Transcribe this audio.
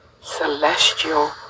celestial